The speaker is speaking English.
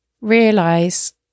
realise